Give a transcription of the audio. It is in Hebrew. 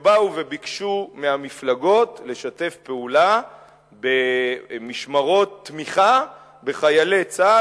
שבאו וביקשו מהמפלגות לשתף פעולה במשמרות תמיכה בחיילי צה"ל,